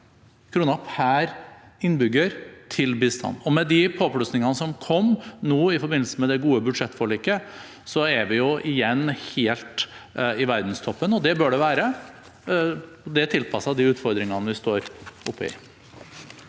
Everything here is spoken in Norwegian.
kroner per innbygger til bistand. Med de påplussingene som kom nå i forbindelse med det gode budsjettforliket, er vi igjen helt i verdenstoppen, og det bør vi være. Det er tilpasset de utfordringene vi står oppe i.